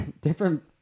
different